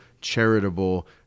charitable